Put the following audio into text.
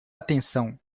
atenção